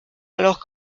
alors